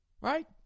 Right